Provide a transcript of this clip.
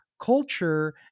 culture